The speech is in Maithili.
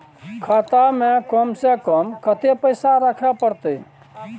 खाता में कम से कम कत्ते पैसा रखे परतै?